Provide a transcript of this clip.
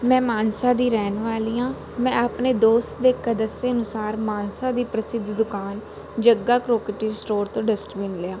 ਮੈਂ ਮਾਨਸਾ ਦੀ ਰਹਿਣ ਵਾਲੀ ਹਾਂ ਮੈਂ ਆਪਣੇ ਦੋਸਤ ਦੇ ਕ ਦੱਸੇ ਅਨੁਸਾਰ ਮਾਨਸਾ ਦੀ ਪ੍ਰਸਿੱਧ ਦੁਕਾਨ ਜੱਗਾ ਕਰੋਕਟੀ ਸਟੋਰ ਤੋਂ ਡਸਟਬਿਨ ਲਿਆ